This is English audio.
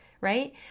right